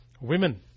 women